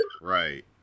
right